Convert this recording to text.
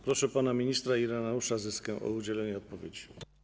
Proszę pana ministra Ireneusza Zyskę o udzielenie odpowiedzi.